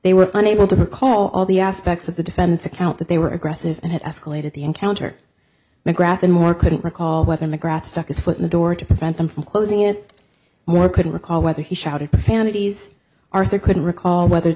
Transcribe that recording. they were unable to recall all the aspects of the defendant's account that they were aggressive and had escalated the encounter mcgrath and more couldn't recall whether mcgrath stuck his foot in the door to prevent them from closing it more couldn't recall whether he shouted profanities arthur couldn't recall whether